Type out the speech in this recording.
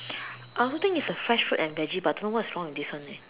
I also think it's the fresh fruit and veggie but don't know what is wrong with this one eh